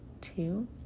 two